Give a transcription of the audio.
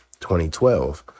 2012